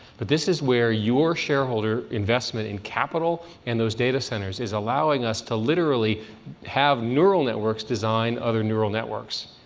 but this is where your shareholder investment in capital and those data centers is allowing us to literally have neural networks design other neural networks.